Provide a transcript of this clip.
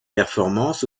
performances